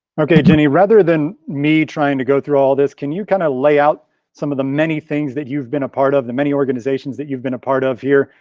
okay, genny, rather than me trying to go through all this, can you kinda lay out some of the many things that you've been a part of, the many organizations organizations that you've been a part of here,